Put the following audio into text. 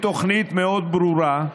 בתוכנית מאוד ברורה,